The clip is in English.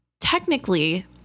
technically